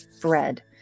bread